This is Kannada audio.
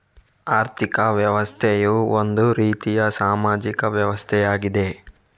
ಆರ್ಥಿಕ ವ್ಯವಸ್ಥೆಯು ಒಂದು ರೀತಿಯ ಸಾಮಾಜಿಕ ವ್ಯವಸ್ಥೆಯಾಗಿದೆ